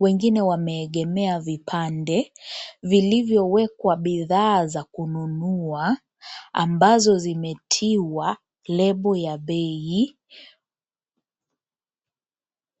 wengine wameegemea vipande vilivyowekwa bidhaa za kununua ambazo zimetiwa lebo ya bei.